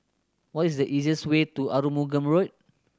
what is the easiest way to Arumugam Road